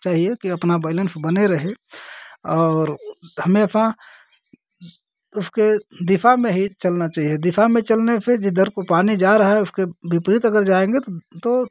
चाहिए कि अपना बैलेन्स बना रहे और हमेशा उसके दिशा में ही चलना चाहिए दिशा में चलने से जिधर को पानी जा रहा है उसके विपरीत अगर जाएँगे तो तो